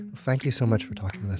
thank you so much for talking